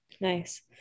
Nice